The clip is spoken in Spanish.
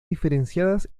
diferenciadas